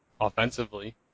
offensively